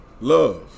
Love